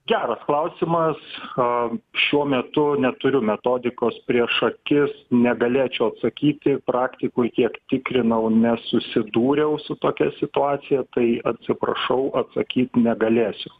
geras klausimas am šiuo metu neturiu metodikos prieš akis negalėčiau atsakyti praktikoj kiek tikrinau nesusidūriau su tokia situacija tai atsiprašau atsakyt negalėsiu